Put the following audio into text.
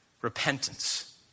Repentance